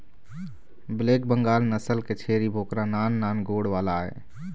black Bengal नसल के छेरी बोकरा नान नान गोड़ वाला आय